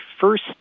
first